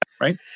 right